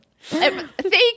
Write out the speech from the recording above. Thank